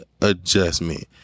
adjustment